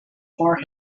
far